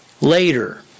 later